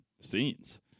scenes